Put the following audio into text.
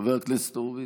חבר הכנסת הורוביץ.